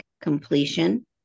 completion